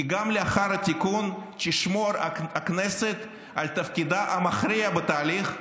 כי גם לאחר התיקון תשמור הכנסת על תפקידה המכריע בתהליך,